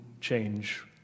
change